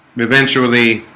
eventually